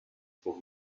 for